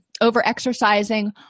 over-exercising